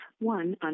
one